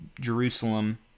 Jerusalem